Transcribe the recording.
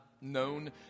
known